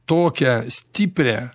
tokią stiprią